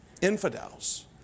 infidels